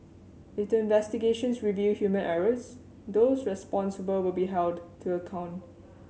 if the investigations reveal human errors those responsible will be held to account